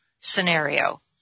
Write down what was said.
Scenario